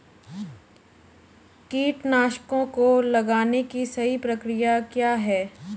कीटनाशकों को लगाने की सही प्रक्रिया क्या है?